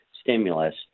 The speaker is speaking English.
stimulus